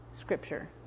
scripture